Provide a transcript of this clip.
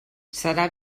serà